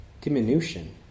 Diminution